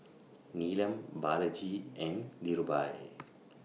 Neelam Balaji and Dhirubhai